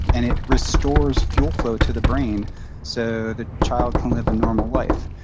and it restores fuel flow to the brain so the child can live a normal life,